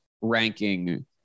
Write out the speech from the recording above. ranking